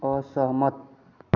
असहमत